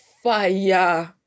Fire